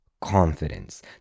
confidence